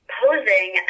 posing